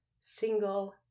single